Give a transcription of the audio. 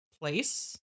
place